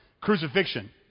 crucifixion